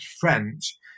French